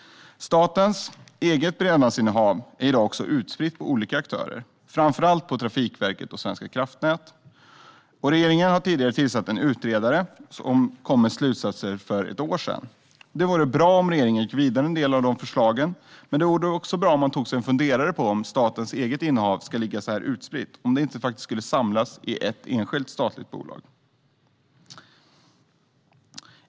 Statens eget bredbandsinnehav är i dag utspritt på olika aktörer, framför allt på Trafikverket och Svenska Kraftnät. Regeringen tillsatte tidigare en utredare, som kom med slutsatser för ett år sedan. Det vore bra om regeringen gick vidare med en del av dessa förslag. Men det vore också bra om man tog sig en funderare på om statens eget innehav ska ligga så utspritt eller om det borde samlas i ett enskilt statligt bolag.